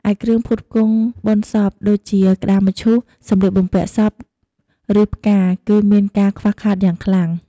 ឯគ្រឿងផ្គត់ផ្គង់បុណ្យសព ដូចជាក្ដារមឈូស សម្លៀកបំពាក់សព ឬផ្កា គឺមានការខ្វះខាតយ៉ាងខ្លាំង។